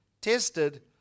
tested